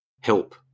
help